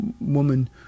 woman